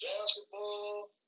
basketball